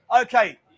Okay